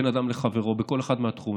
דבר שהוא בין אדם לחברו בכל אחד מהתחומים.